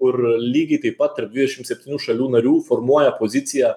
kur lygiai taip pat tarp dvidešimt septynių šalių narių formuoja poziciją